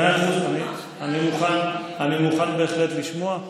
אני מוכן בהחלט לשמוע,